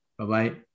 Bye-bye